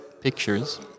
pictures